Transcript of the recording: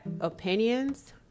opinions